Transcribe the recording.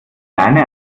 leine